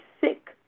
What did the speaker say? sick